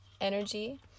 energy